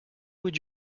would